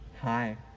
hi